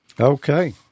Okay